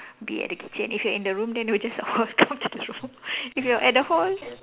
be at the kitchen if you're in the room then they'll just all come to the room if you're at the hall